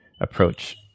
approach